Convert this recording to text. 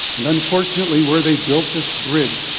and unfortunately, where they built this bridge,